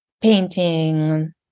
painting